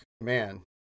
man